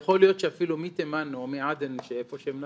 יכול להיות שאפילו מתימן או מעדן, איפה שהם נסעו,